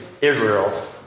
Israel